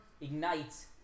ignites